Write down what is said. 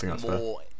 more